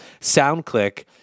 SoundClick